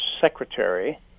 secretary